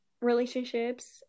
relationships